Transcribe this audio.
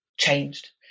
changed